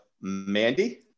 Mandy